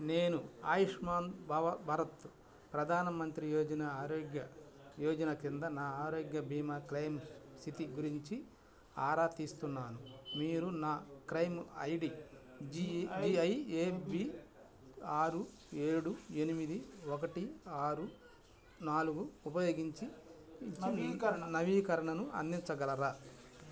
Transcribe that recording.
నేను ఆయుష్మాన్ భారత్ ప్రధాన మంత్రి యోజన ఆరోగ్య యోజన కింద నా ఆరోగ్య భీమా క్లెయిమ్ స్థితి గురించి ఆరా తీస్తున్నాను మీరు నా claim I D G I A B ఆరు ఏడు ఎనిమిది ఒకటి ఆరు నాలుగు ఉపయోగించి నవీకరణ నవీకరణను అందించగలరా